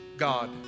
God